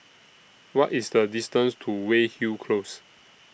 What IS The distance to Weyhill Close